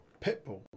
Pitbull